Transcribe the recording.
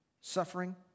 suffering